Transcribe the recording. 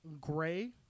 Gray